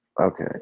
Okay